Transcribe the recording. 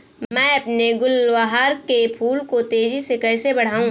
मैं अपने गुलवहार के फूल को तेजी से कैसे बढाऊं?